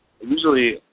Usually